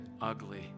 ugly